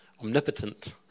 omnipotent